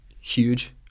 huge